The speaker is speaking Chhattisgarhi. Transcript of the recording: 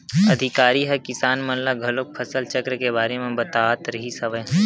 अधिकारी ह किसान मन ल घलोक फसल चक्र के बारे म बतात रिहिस हवय